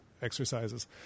exercises